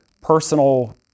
personal